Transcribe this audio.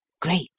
GREAT